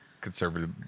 conservative